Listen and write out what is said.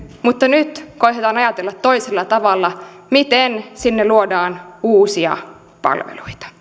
mutta nyt koetetaan ajatella toisella tavalla miten sinne luodaan uusia palveluita